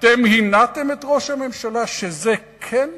אתם הנעתם את ראש הממשלה שזה כן יקרה?